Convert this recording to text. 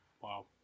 Wow